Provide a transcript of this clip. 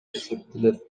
эсептелет